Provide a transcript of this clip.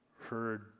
heard